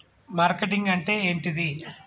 Marketing అంటే ఏంటిది?